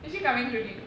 is she coming today